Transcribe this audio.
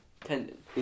tendon